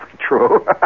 true